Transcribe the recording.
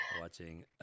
watching